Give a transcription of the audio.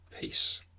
peace